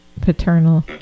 Paternal